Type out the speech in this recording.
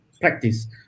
practice